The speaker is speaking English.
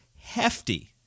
hefty